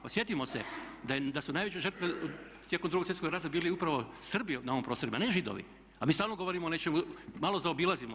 Pa sjetimo se da su najveće žrtve tijekom 2. svjetskog rata bili upravo Srbi na ovim prostorima, ne Židovi, a mi stalno govorimo o nečemu, malo zaobilazimo.